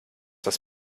das